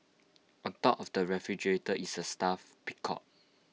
on top of the refrigerator is A stuffed peacock